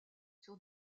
sur